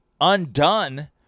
undone